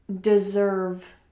deserve